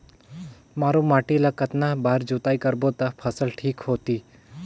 मारू माटी ला कतना बार जुताई करबो ता फसल ठीक होती?